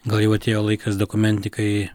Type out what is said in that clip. gal jau atėjo laikas dokumentikai